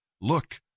Look